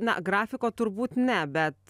na grafiko turbūt ne bet